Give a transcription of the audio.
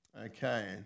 okay